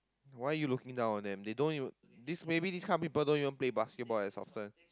why you looking down on them they don't even this maybe this kind of people don't even play basketball as often